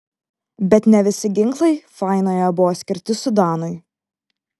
bet ne visi ginklai fainoje buvo skirti sudanui